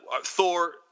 Thor